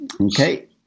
Okay